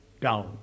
down